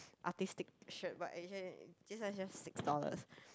artistic shirt but actually this one just like six dollars